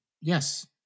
yes